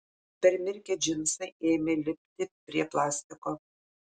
permirkę džinsai ėmė lipti prie plastiko